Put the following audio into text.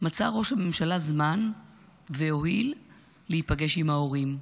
מצא ראש הממשלה זמן והואיל להיפגש עם ההורים שלהן.